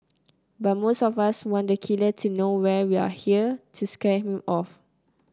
but most of us want the killer to know we are here to scare him off